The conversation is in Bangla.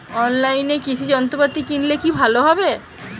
অনলাইনে কৃষি যন্ত্রপাতি কিনলে কি ভালো হবে?